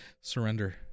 surrender